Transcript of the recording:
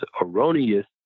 erroneous